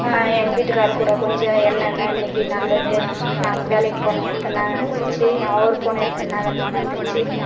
எங்கள் வீட்டுகார் கூட கொஞ்சம் என்னென்ன இன்னைக்கு நடந்தது நான் வேலைக்கு போன இடத்துல என்னா நடந்துச்சு அவரு போன இடத்துல என்ன வேலை நடந்துச்சு